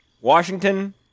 Washington